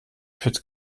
pit